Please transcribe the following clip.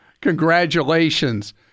Congratulations